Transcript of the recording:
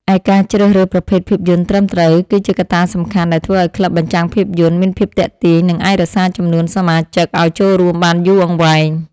ឯការជ្រើសរើសប្រភេទភាពយន្តត្រឹមត្រូវ គឺជាកត្តាសំខាន់ដែលធ្វើឱ្យក្លឹបបញ្ចាំងភាពយន្ត មានភាពទាក់ទាញ និងអាចរក្សាចំនួនសមាជិកឱ្យចូលរួមបានយូរអង្វែង។